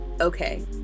Okay